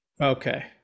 okay